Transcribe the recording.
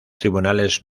tribunales